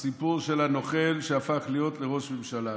בנט, הסיפור של הנוכל שהפך להיות לראש ממשלה.